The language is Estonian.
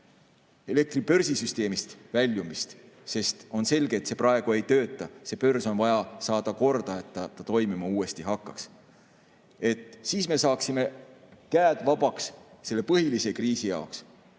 elektribörsi süsteemist väljumist, sest on selge, et see praegu ei tööta. See börs on vaja korda saada, et ta uuesti toimima hakkaks. Siis me saaksime käed vabaks selle põhilise kriisi jaoks.